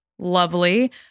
lovely